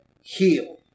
Heal